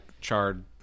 charred